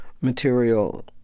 material